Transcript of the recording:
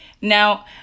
Now